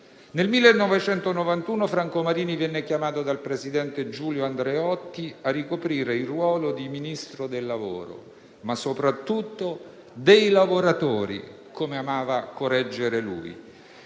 Nel 1991 Franco Marini venne chiamato dal presidente Giulio Andreotti a ricoprire il ruolo di Ministro del lavoro, ma soprattutto dei lavoratori, come amava correggere lui.